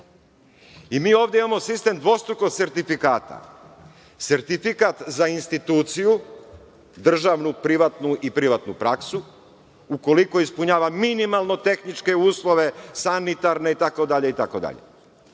ovde imamo sistem dvostrukog sertifikata – sertifikat za instituciju, državnu, privatnu i privatnu praksu ukoliko ispunjava minimalno tehničke uslove, sanitarne, itd, itd.